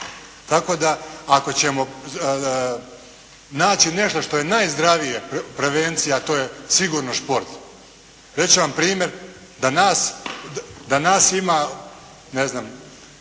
Tako da ako ćemo naći nešto što je najzdravija prevencija a to je sigurno šport. Reći ću vam primjer da nas, da nas